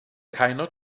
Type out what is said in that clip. keiner